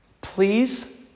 Please